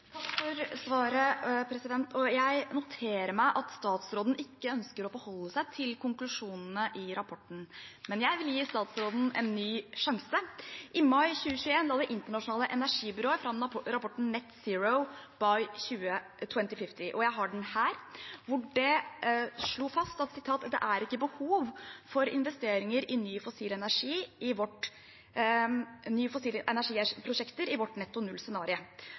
Takk for svaret. Jeg noterer meg at statsråden ikke ønsker å forholde seg til konklusjonene i rapporten, men jeg vil gi statsråden en ny sjanse. I mai 2021 la Det internasjonale energibyrået, IEA, fram rapporten «Net Zero by 2050», og jeg har den her. Der ble det slått fast at det ikke var behov for investeringer i nye fossile energiprosjekter i deres netto null-scenario. På spørsmål fra meg bekreftet også IEAs direktør i